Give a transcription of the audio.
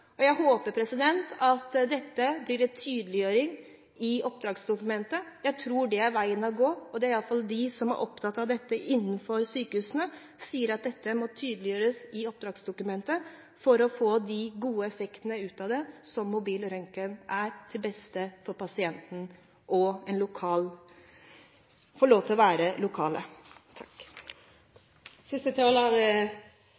Jeg håper at det blir en tydeliggjøring av dette i oppdragsdokumentet. Jeg tror det er veien å gå. De som er opptatt av dette på sykehusene, sier at dette må tydeliggjøres i oppdragsdokumentene, for å få gode effekter ut av det som mobilt røntgen er – til det beste for pasienten, som får behandling lokalt. For å anerkjenne interpellanten kunne jeg gjerne gjort hennes ord til